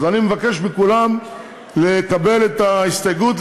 אז אני מבקש מכולם לקבל את ההסתייגות,